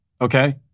okay